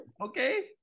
okay